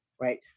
right